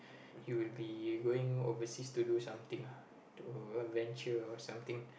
he will be going overseas to do something ah to adventure or something